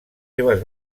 seves